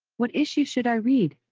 what issue should i read?